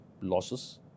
losses